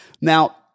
Now